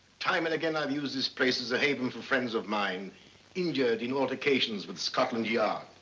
time and again i've used this place as a haven for friends of mine injured in alterations with scotland yard.